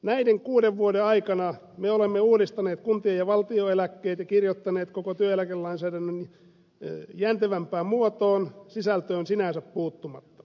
näiden kuuden vuoden aikana me olemme uudistaneet kuntien ja valtion eläkkeitä ja kirjoittaneet koko työeläkelainsäädännön jäntevämpään muotoon sisältöön sinänsä puuttumatta